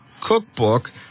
Cookbook